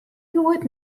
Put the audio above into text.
hjoed